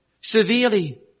severely